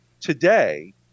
today